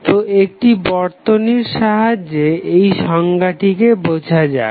তো একটি বর্তনীর সাহায্যে এই সংজ্ঞাটিকে বোঝা যাক